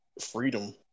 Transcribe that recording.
freedom